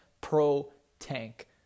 pro-tank